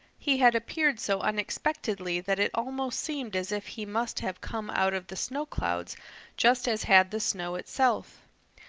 he had appeared so unexpectedly that it almost seemed as if he must have come out of the snow clouds just as had the snow itself.